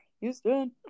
Houston